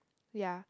ya